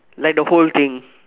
like the whole thing